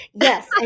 Yes